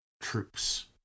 troops